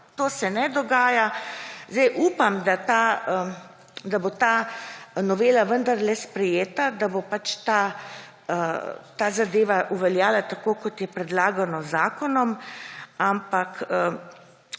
To se ne dogaja. Upam, da bo ta novela vendarle sprejeta, da bo pač ta zadeva obveljala tako, kot je predlagano z zakonom. Ampak